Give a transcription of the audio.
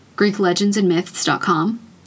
Greeklegendsandmyths.com